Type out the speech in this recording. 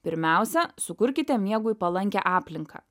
pirmiausia sukurkite miegui palankią aplinką